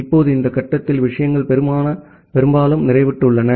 இப்போது இந்த கட்டத்தில் விஷயங்கள் பெரும்பாலும் நிறைவுற்றன